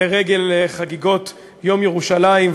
לרגל חגיגות יום ירושלים.